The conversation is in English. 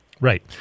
Right